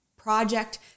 project